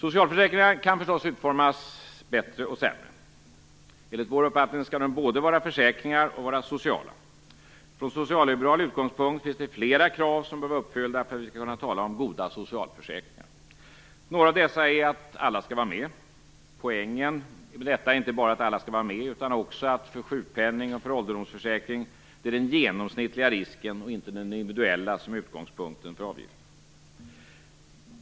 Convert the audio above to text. Socialförsäkringar kan förstås utformas bättre och sämre. Enligt vår uppfattning skall de både vara försäkringar och vara sociala. Från socialliberal utgångspunkt finns det flera krav som bör vara uppfyllda för att vi skall kunna tala om goda socialförsäkringar. Några av dessa krav är: Alla skall vara med. Poängen är inte bara att alla skall vara med utan också att det är den genomsnittliga risken och inte den individuella som är utgångspunkten för avgiften till sjukpennning och ålderdomsförsäkrning.